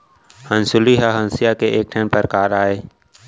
हँसुली ह हँसिया के एक ठन परकार अय